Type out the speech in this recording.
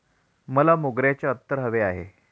मला मोगऱ्याचे अत्तर हवे आहे